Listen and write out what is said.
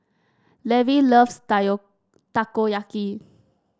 Levi loves Takoyaki